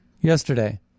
yesterday